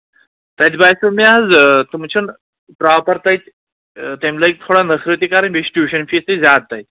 تَتہِ باسیو مےٚ حظ تِم چھِنہٕ پرٛاپر تَتہِ تَمہِ لٔگۍ تھوڑا نٔکھرٕ تہِ کَرٕنۍ بیٚیہِ چھِ ٹیوٗشَن فیٖس تہِ زیادٕ تَتہِ